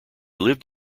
lived